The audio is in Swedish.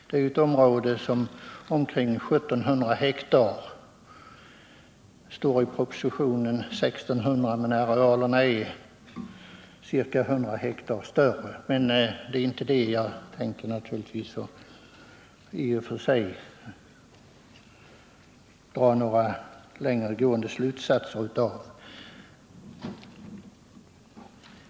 Det har en yta på ca 1 700 hektar, även om det står 1 600 i propositionen. Men den skillnaden tänker jag inte dra några långtgående slutsatser av.